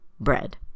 bread